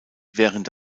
während